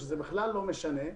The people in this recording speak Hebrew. וזה בכלל לא משנה.